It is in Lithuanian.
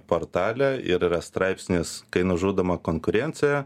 portale ir yra straipsnis kai nužudoma konkurencija